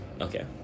Okay